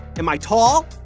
am i tall?